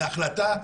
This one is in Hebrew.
זאת החלטה,